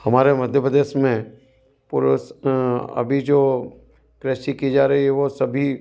हमारे मध्य प्रदेश में पुरुष अभी जो कृषि की जा रही वो सभी